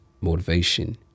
motivation